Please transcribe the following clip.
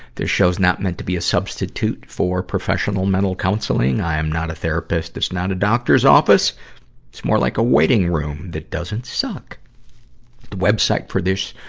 this show's not meant to be a substitute for professional mental counseling. i am not a therapist. it's not a doctor's office. it's more like a waiting room that doesn't suck. the web site for this,